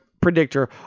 predictor